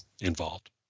involved